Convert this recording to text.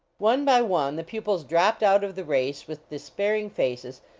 one by one the pupils dropped out of the race with despairing faces,